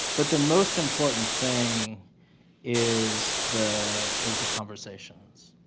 but the most important thing is the is the conversations